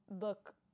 look